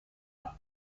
and